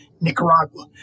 Nicaragua